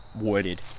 wooded